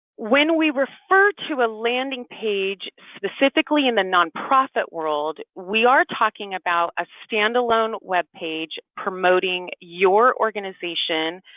when we refer to a landing page, specifically in the nonprofit world, we are talking about a standalone webpage promoting your organization,